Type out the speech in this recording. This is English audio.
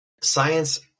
science